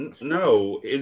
No